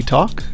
Talk